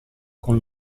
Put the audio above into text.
con